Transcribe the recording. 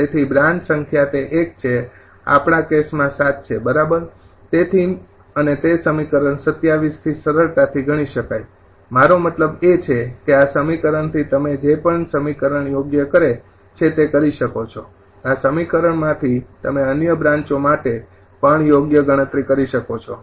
તેથી બ્રાન્ચ સંખ્યા તે ૧ છે આપડા કેસમાં ૭ છે બરાબર તેથી અને તે સમીકરણ ૨૭ થી સરળતાથી ગણી શકાય મારો મતલબ એ છે કે આ સમીકરણથી તમે જે પણ સમીકરણ યોગ્ય કરે છે તે કરી શકો છો આ સમીકરણમાંથી તમે અન્ય બ્રાંચો માટે પણ યોગ્ય ગણતરી કરી શકો છો